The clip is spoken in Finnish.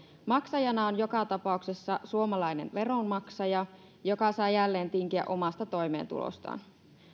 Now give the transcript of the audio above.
maksajana on joka tapauksessa suomalainen veronmaksaja joka saa jälleen tinkiä omasta toimeentulostaan